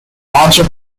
archer